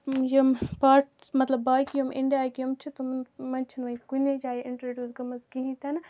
یِم پاٹٕس مطلب باقِیِن یِم اِنڈیاہٕکۍ یِم چھِ تِم تِمن چھُنہٕ کُنے جایہِ اِنٹرڈیوٗس گٲمٕژ کِہیٖنٛۍ تہِ نہَ